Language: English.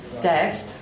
dead